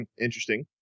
Interesting